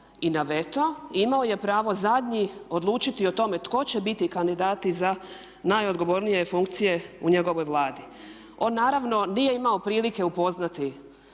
i na veto i imao je pravo zadnji odlučiti o tome tko će biti kandidati za najodgovornije funkcije u njegovoj Vladi. On naravno nije imao prilike upoznati